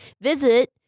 Visit